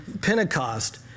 Pentecost